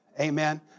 Amen